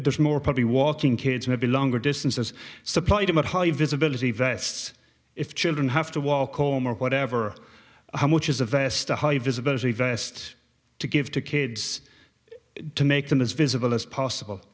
there's more probably walking kids maybe longer distances supplied about high visibility vests if children have to walk home or whatever how much is a vest a high visibility vest to give to kids to make them as visible as possible